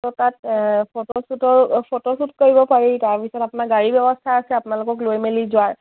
ত' তাত ফটো শ্বুটৰ photo shoot কৰিব পাৰি তাৰপিছত আপোনাৰ গাড়ী ব্যৱস্থা আছে আপোনালোকক লৈ মেলি যোৱাৰ